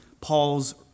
Paul's